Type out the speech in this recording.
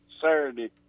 Saturday